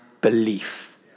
belief